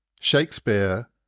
Shakespeare